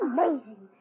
Amazing